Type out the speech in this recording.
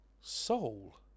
Soul